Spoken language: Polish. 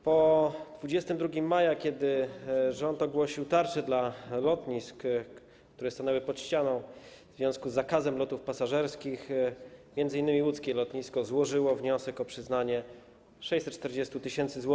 Po 22 maja, kiedy rząd ogłosił tarczę dla lotnisk, które stanęły pod ścianą w związku z zakazem lotów pasażerskich m.in. łódzkie lotnisko złożyło wniosek o przyznanie 640 tys. zł.